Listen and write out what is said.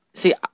See